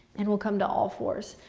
and we'll come to all fours.